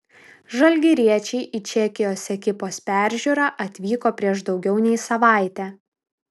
žalgiriečiai į čekijos ekipos peržiūrą atvyko prieš daugiau nei savaitę